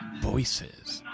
voices